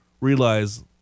realize